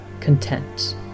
content